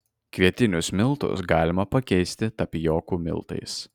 kvietinius miltus galima pakeisti tapijokų miltais